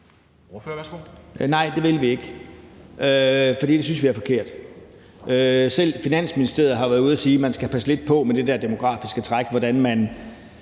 Nej, det vil vi ikke, for det synes vi er forkert. Selv Finansministeriet har været ude at sige, at man skal passe lidt på med det der demografiske træk og med, hvordan man